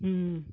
ہاں